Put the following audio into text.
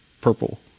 purple